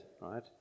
right